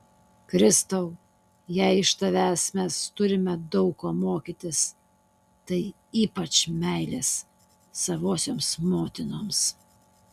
kristau jei iš tavęs mes turime daug ko mokytis tai ypač meilės savosioms motinoms